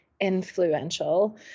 influential